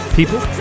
People